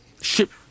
ship